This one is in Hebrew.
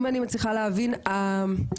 אם אני מצליחה להבין ההנחיה,